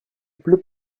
pleut